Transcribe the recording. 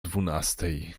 dwunastej